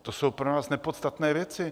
To jsou pro nás nepodstatné věci.